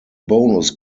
bonus